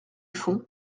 fond